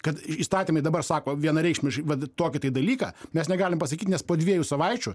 kad įstatymai dabar sako vienareikšmiškai vat tokį dalyką mes negalim pasakyti nes po dviejų savaičių